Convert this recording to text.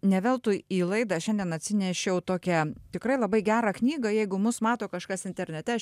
ne veltui į laidą šiandien atsinešiau tokią tikrai labai gerą knygą jeigu mus mato kažkas internete aš